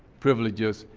privileges,